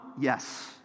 Yes